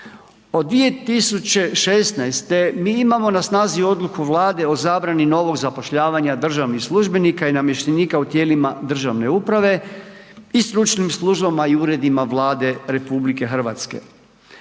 Od 2016. mi imamo na snazi Odluku Vlade o zabrani novog zapošljavanja državnih službenika i namještenika u tijelima državne uprave i stručnim službama i uredima Vlade RH.